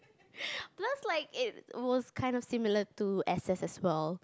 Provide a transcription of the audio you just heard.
looks like it was kind of similar to S_S as well